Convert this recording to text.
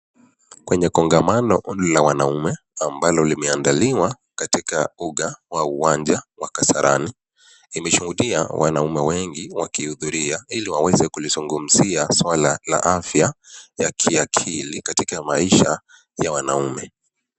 Kwenye kongamano la wanaume ambalo limeandaliwa katika uga wa uwanja wa Kasarani. Imeshuudia watu wengi wakihudhuria iliwaweze kulizungumzia swala la afya ya kiakili katika Maisha ya wanaume.